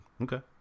Okay